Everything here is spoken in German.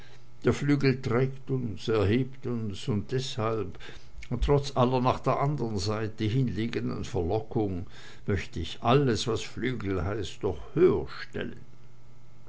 der flügel trägt uns erhebt uns und deshalb trotz aller nach der andern seite hin liegenden verlockung möchte ich alles was flügel heißt doch